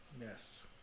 yes